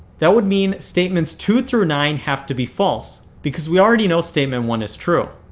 that would mean statements two through nine have to be false because we already know statement one is true.